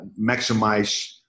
maximize